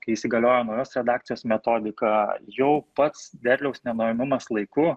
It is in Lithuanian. kai įsigaliojo naujos redakcijos metodika jau pats derliaus nuėmimas laiku